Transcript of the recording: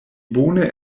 bone